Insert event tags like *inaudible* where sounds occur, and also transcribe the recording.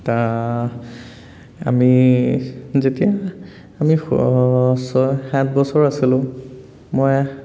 *unintelligible* আমি যেতিয়া আমি ছয় সাত বছৰ আছিলোঁ মই